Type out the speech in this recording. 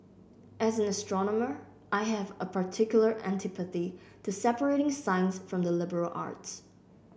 as an astronomer I have a particular antipathy to separating science from the liberal arts